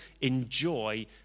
enjoy